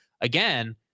again